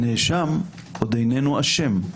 נאשם עוד איננו אשם,